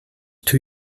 two